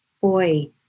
boy